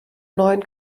neuen